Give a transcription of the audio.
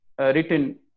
written